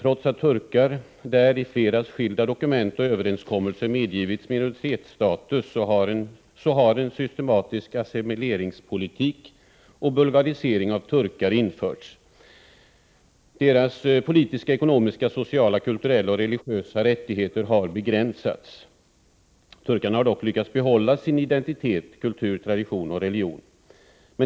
Trots att turkar i Bulgarien i flera skilda dokument och överenskommelser medgivits minoritetsstatus har en systematisk assimileringspolitik och bulgarisering av turkar införts. Turkarnas politiska, ekonomiska, sociala, kulturella och religiösa rättigheter har begränsats. Turkarna har dock lyckats behålla sin identitet, kultur, tradition och religion.